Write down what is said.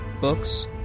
books